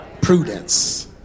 prudence